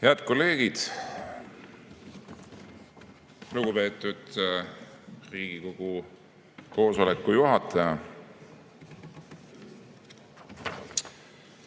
Head kolleegid! Lugupeetud Riigikogu koosoleku juhataja!